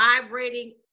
vibrating